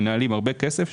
שמנהלים הרבה כסף,